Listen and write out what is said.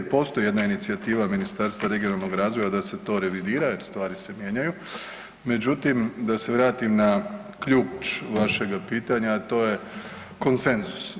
Postoji jedna inicijativa Ministarstva regionalnog razvoja da se to revidira jer stvari se mijenjaju, međutim, da se vratim na ključ vašega pitanja, a to je konsenzus.